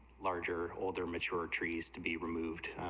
larger holder mature trees to be removed,